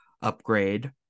upgrade